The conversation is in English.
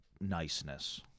niceness